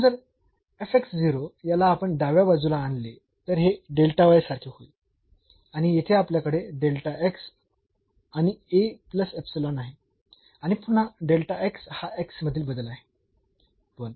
म्हणून जर याला आपण डाव्या बाजूला आणले तर हे सारखे होईल आणि येथे आपल्याकडे आणि आहे आणि पुन्हा हा मधील बदल आहे